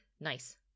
Nice